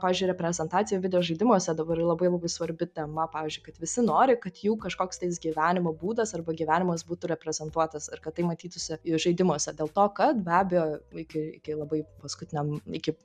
pavyzdžiui reprezentacija videožaidimuose dabar labai labai svarbi tema pavyzdžiui kad visi nori kad jų kažkoks tais gyvenimo būdas arba gyvenimas būtų reprezentuotas ir kad tai matytųsi žaidimuose dėl to kad be abejo iki iki labai paskutiniam iki